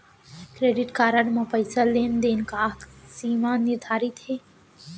Credit card म पइसा लेन देन के का सीमा निर्धारित हे?